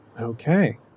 Okay